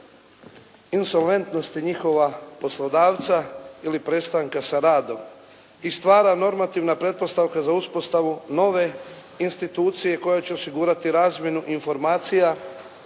insolventnosti njihova poslodavaca ili prestanka sa radom i stvara normativna pretpostavka za uspostavu nove institucije koja će osigurati razmjenu informacija